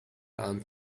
ant